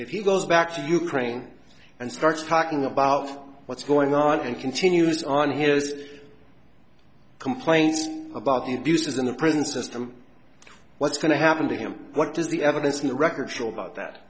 if he goes back to ukraine and starts talking about what's going on and continues on his complaints about the abuses in the prison system what's going to happen to him what does the evidence in the record show about that